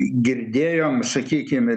girdėjom sakykim ir